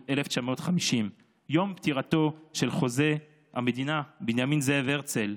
1950, יום פטירתו של חוזה המדינה בנימין זאב הרצל,